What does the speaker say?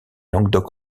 languedoc